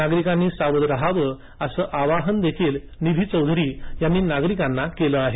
नागरिकांनी सावध राहावं असं आवाहन देखील निधी चौधरी यांनी नागरिकांना केलं आहे